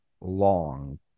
long